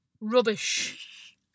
rubbish